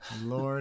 Lord